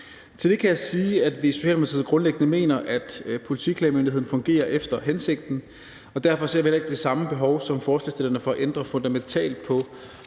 Til det kan jeg sige, at vi i Socialdemokratiet grundlæggende mener, at Politiklagemyndigheden fungerer efter hensigten, og derfor ser vi heller ikke det samme behov som forslagsstillerne for at ændre fundamentalt på